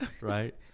Right